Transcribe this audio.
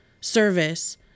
service